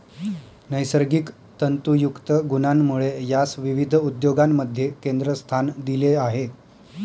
नैसर्गिक तंतुयुक्त गुणांमुळे यास विविध उद्योगांमध्ये केंद्रस्थान दिले आहे